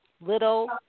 little